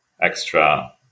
extra